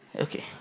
Okay